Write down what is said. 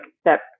step